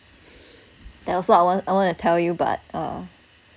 that I also I wanna I wanna tell you but uh